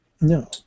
No